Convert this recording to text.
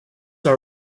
are